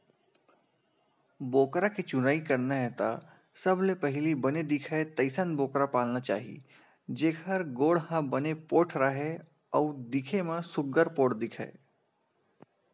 बोकरा के चुनई करना हे त सबले पहिली बने दिखय तइसन बोकरा पालना चाही जेखर गोड़ ह बने पोठ राहय अउ दिखे म सुग्घर पोठ दिखय